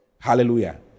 Hallelujah